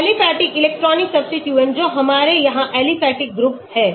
aliphatic electronic substituents जो हमारे यहां एलिफैटिक ग्रुप है